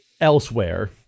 elsewhere